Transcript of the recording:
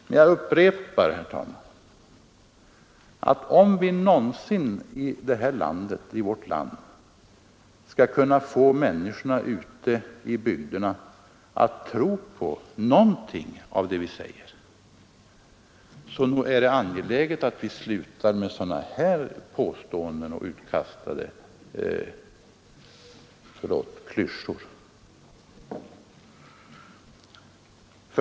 Men jag upprepar, herr talman, att om vi i vårt land någonsin skall kunna förmå människorna ute i bygderna att tro på någonting av vad vi säger, är det angeläget att vi slutar med sådana påståenden och utkastade — förlåt — klyschor.